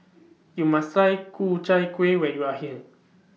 YOU must Try Ku Chai Kuih when YOU Are here